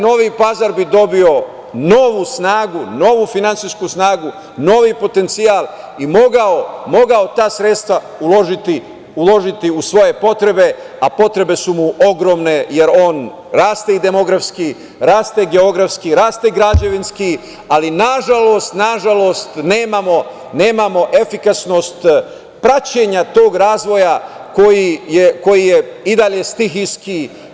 Novi Pazar bi dobio novu snagu, novu finansijsku snagu, novi potencijal i mogao ta sredstva uložiti u svoje potrebe, a potrebe su mu ogromne, jer on raste i demografski, raste geografski, raste građevinski, ali nažalost nemamo efikasnost praćenja tog razvoja koji i dalje stihijski.